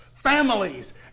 Families